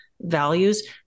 values